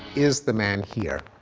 is the man here?